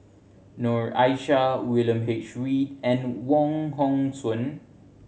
Noor Aishah William H Read and Wong Hong Suen